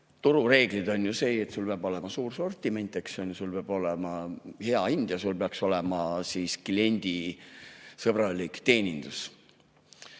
turureegel on ju see, et sul peab olema suur sortiment, sul peab olema hea hind ja sul peaks olema kliendisõbralik teenindus.